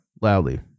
Loudly